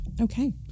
Okay